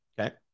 Okay